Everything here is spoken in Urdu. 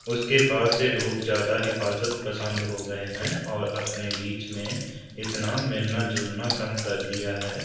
اس کے بعد سے لوگ زیادہ حفاظت پسند ہو گئے ہیں اور اپنے بیچ میں اتنا ملنا جلنا کم کر دیا ہے